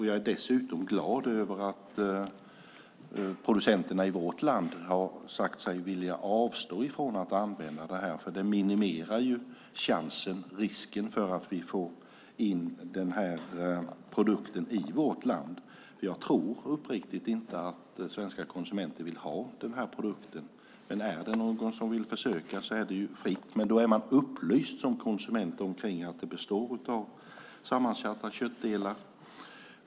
Jag är dessutom glad över att producenterna i vårt land har sagt sig vilja avstå från att använda det här, för det minimerar risken för att vi får in den här produkten i vårt land. Jag tror uppriktigt inte att svenska konsumenter vill ha den här produkten. Är det någon som vill försöka är det fritt, men då är man upplyst som konsument om att det består av sammansatta köttdelar.